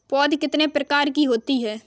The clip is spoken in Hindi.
पौध कितने प्रकार की होती हैं?